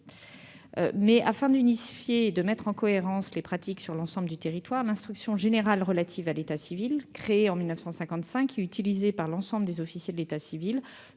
afin d'unifier et de mettre en cohérence les pratiques sur l'ensemble du territoire, l'instruction générale relative à l'état civil créée en 1955 et utilisée par l'ensemble des officiers de l'état civil